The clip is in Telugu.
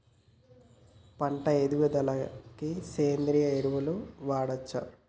పంట ఎదుగుదలకి సేంద్రీయ ఎరువులు వాడచ్చా?